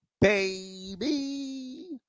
Baby